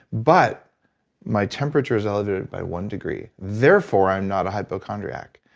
but my temperature is elevated by one degree. therefore, i'm not a hypochondriac.